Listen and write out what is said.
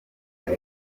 ati